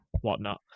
whatnot